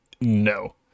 no